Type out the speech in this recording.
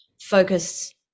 focus